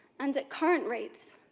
and at current rates,